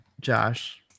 Josh